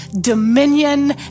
dominion